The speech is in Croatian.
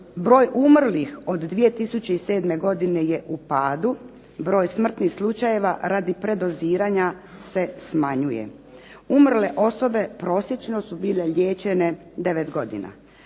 Broj umrlih od 2007. godine je u pad, broj smrtnih slučajeva radi predoziranja se smanjuje. Umrle osobe prosječno su bile liječene 9 godina.